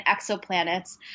exoplanets